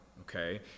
okay